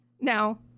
Now